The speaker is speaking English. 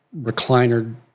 recliner